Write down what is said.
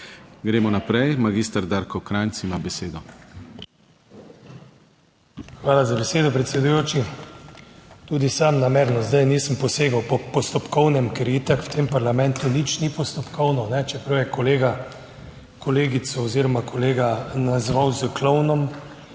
ima besedo. MAG. DARKO KRAJNC (PS Svoboda): Hvala za besedo, predsedujoči. Tudi sam namerno zdaj nisem posegel po Postopkovnem, ker itak v tem parlamentu nič ni postopkovno, čeprav je kolega kolegico oziroma kolega nazval s klovnom,